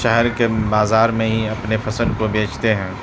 شہر کے بازار میں ہی اپنے فصل کو بیچتے ہیں